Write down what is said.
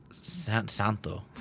Santo